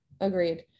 agreed